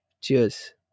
Cheers